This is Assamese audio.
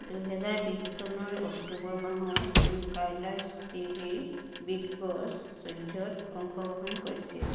দুহেজাৰ বিছ চনৰ অক্টোবৰ মাহত তেওঁ কালাৰ্ছ টিভিৰ বিগ বছ চৈধ্যত অংশগ্ৰহণ কৰিছিল